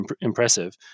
impressive